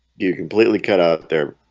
you completely cut out there